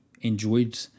enjoyed